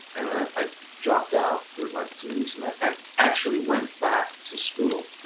and i i dropped out for like two weeks. and i actually went back to school,